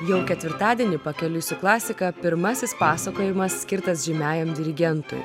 jau ketvirtadienį pakeliui su klasika pirmasis pasakojimas skirtas žymiajam dirigentui